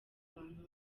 abantu